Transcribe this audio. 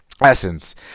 essence